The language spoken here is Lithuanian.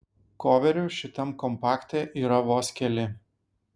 koverių šitam kompakte yra vos keli